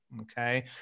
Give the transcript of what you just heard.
okay